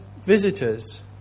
visitors